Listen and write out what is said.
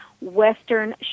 Western